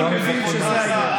אני מבין שזה העניין.